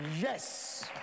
yes